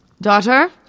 daughter